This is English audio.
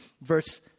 verse